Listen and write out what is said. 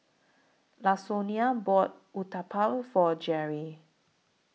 Lasonya bought Uthapam For Jerry